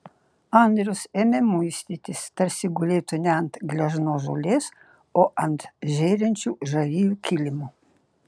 andrius ėmė muistytis tarsi gulėtų ne ant gležnos žolės o ant žėrinčių žarijų kilimo